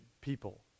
people